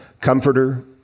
comforter